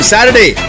Saturday